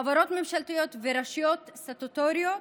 חברות ממשלתיות ורשויות סטטוטוריות,